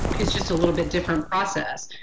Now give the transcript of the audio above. it's just a little bit different process.